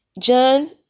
John